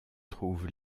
trouve